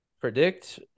predict